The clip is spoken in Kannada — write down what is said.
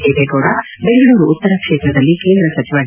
ದೇವೇಗೌಡ ಬೆಂಗಳೂರು ಉತ್ತರ ಕ್ಷೇತ್ರದಲ್ಲಿ ಕೇಂದ್ರ ಸಚಿವ ಡಿ